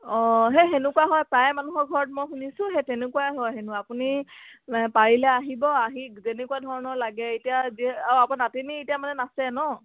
অঁ সেই তেনেকুৱা হয় প্ৰায় মানুহৰ ঘৰত মই শুনিছোঁ সেই তেনেকুৱাই হয় হেনো আপুনি পাৰিলে আহিব আহি যেনেকুৱা ধৰণৰ লাগে এতিয়া অঁ আকৌ নাতিনি এতিয়া মানে নাচে ন